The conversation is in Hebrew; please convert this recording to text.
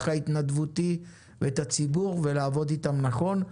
ההתנדבותי ואת הציבור ולעבוד איתם נכון.